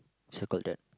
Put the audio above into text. circled that